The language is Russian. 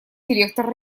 директор